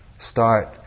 start